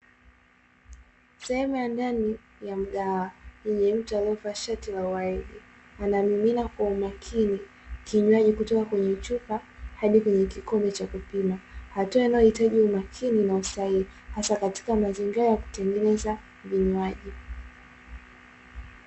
Sehemu ya ndani ya mgahawa mtu aliyevaa shati la waridi anamimina kwa makini kinywaji kutoka kwenye chupa hadi kwenye kikombe cha kupima, hatua inayohitaji umakini na usahihi hasa katika mazingira ya kutengeneza vinywaji.